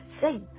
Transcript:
say